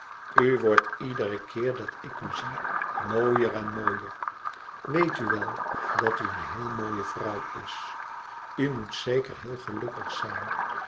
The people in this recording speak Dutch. wordt iederen keer dat ik u zie mooier en mooier weet u wel dat u een heele mooie vrouw is u moet zeker heel gelukkig zijn